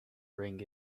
ring